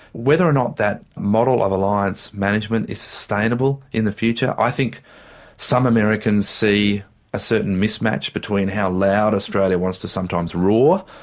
whether or not that model of alliance management is sustainable in the future, i think some americans see a certain mismatch between how loud australia was to sometimes roar,